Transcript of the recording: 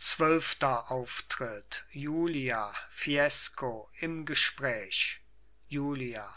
zwölfter auftritt julia fiesco im gespräch julia